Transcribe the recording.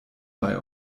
bei